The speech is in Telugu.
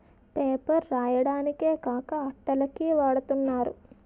పేపర్ రాయడానికే కాక అట్టల కి వాడతన్నారు